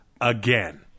again